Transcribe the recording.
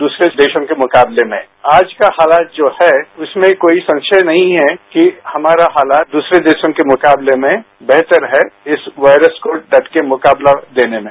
दूसरे देशों के मुकाबले में आज का हातात जो हैं उसमें कोई संशय नहीं है कि हमारा हातात दूसरे देशों के मुकाबले में बेहतर है इस वायरस को डटकर मुकोबला देने में